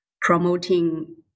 promoting